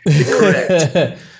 correct